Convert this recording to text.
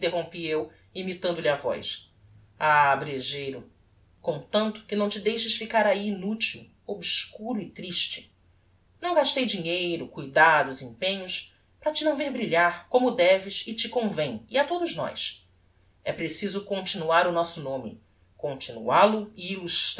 interrompi eu imitando lhe a voz ah brejeiro comtanto que não te deixes ficar ahi inutil obscuro e triste não gastei dinheiro cuidados empenhos para te não ver brilhar como deves e te convem e a todos nós é preciso continuar o nosso nome continual o e